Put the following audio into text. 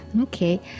Okay